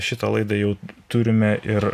šitą laidą jau turime ir